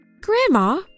Grandma